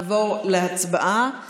נעבור להצבעה